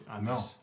No